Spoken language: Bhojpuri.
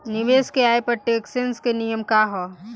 निवेश के आय पर टेक्सेशन के नियम का ह?